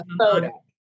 photo